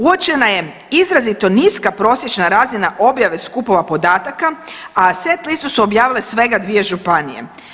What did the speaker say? Uočena je izrazito niska prosječna razina objave skupova podataka, a sve … [[Govornik se ne razumije]] su objavile svega dvije županije.